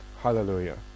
Hallelujah